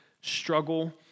struggle